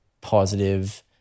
positive